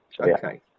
Okay